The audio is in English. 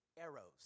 arrows